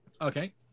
Okay